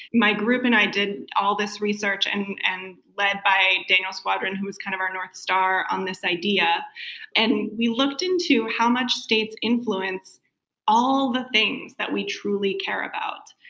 my group and i did all this research and and led by daniel squadronwho was kind of our north star on this idea and we looked into how much state's influence all the things that we truly care about,